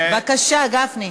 בבקשה, גפני.